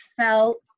felt